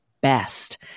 best